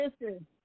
listen